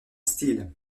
style